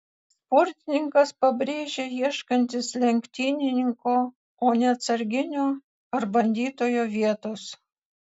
sportininkas pabrėžė ieškantis lenktynininko o ne atsarginio ar bandytojo vietos